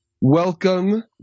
Welcome